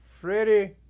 Freddie